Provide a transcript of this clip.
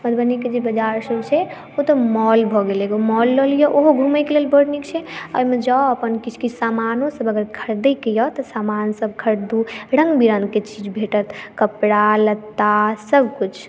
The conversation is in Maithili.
मधुबनीके जे बाजारसभ छै ओतय मॉल भऽ गेलय एगो मॉल लऽ लिअ ओहो घूमेके लेल बड नीक छै ओहिमे जाउ अपन किछु किछु समानोसभ अगर ख़रीदेके यऽ तऽ सामानसभ खरीदू रङ्ग बिरङ्गक चीजसभ भेंटत कपड़ा लत्ता सभ किछु